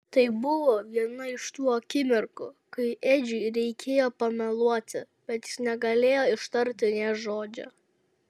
tai buvo viena iš tų akimirkų kai edžiui reikėjo pameluoti bet jis negalėjo ištarti nė žodžio